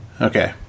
Okay